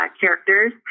characters